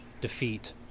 defeat